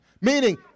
Meaning